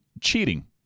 cheating